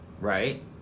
right